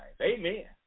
Amen